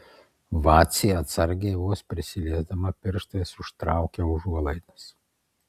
vacė atsargiai vos prisiliesdama pirštais užtraukia užuolaidas